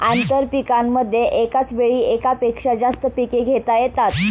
आंतरपीकांमध्ये एकाच वेळी एकापेक्षा जास्त पिके घेता येतात